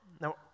Now